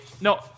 no